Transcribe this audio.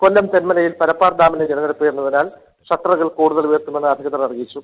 കൊല്ലം തെന്മലയിൽ പരപ്പാർ ഡാമിലെ ജലനിരപ്പ് ഉയർന്നതിനാൽ ഷട്ടറുകൾ കൂടുതൽ ഉയർത്തുമെന്ന് അധികൃതർ അറിയിച്ചു